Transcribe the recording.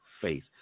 faith